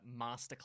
Masterclass